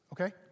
okay